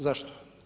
Zašto?